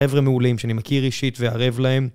חבר'ה מעולים שאני מכיר אישית וערב להם